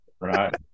right